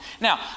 Now